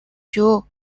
шүү